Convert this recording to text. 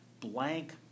blank